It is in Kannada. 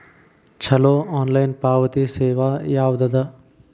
ಛಲೋ ಆನ್ಲೈನ್ ಪಾವತಿ ಸೇವಾ ಯಾವ್ದದ?